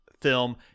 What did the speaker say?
film